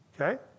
Okay